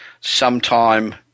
sometime